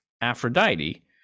Aphrodite